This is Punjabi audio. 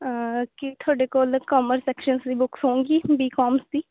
ਕੀ ਤੁਹਾਡੇ ਕੋਲ ਕਮਰਸ ਸ਼ੈਕਸ਼ਨ ਦੀ ਬੁੱਕਸ ਹੋਊਂਗੀ ਬੀ ਕੋਮ ਦੀ